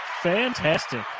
Fantastic